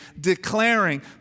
declaring